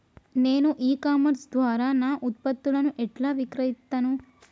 నేను e commerce ద్వారా నా ఉత్పత్తులను ఎట్లా విక్రయిత్తను?